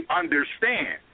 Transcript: understand